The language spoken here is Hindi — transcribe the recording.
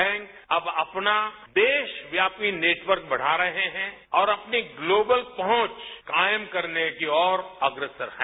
बैंक अब अपना देशव्यापी नेटवर्क बढ़ा रहे हैं और अपनी ग्लोबल पहुंच कायम करने की ओर अग्रसर हैं